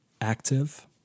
active